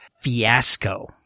fiasco